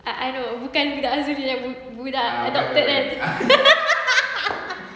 I I know bukan budak azudin budak adopted kan